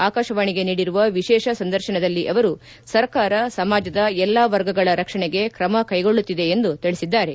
ಆಕಾಶವಾಣಿಗೆ ನೀಡಿರುವ ವಿಶೇಷ ಸಂದರ್ಶನದಲ್ಲಿ ಅವರು ಸರ್ಕಾರ ಸಮಾಜದ ಎಲ್ಲಾ ವರ್ಗಗಳ ರಕ್ಷಣೆಗೆ ಕ್ರಮ ಕ್ಷೆಗೊಳ್ಳುತ್ತಿದೆ ಎಂದು ತಿಳಿಸಿದ್ದಾರೆ